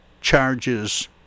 charges